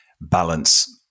balance